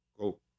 go